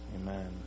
amen